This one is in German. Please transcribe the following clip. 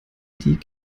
die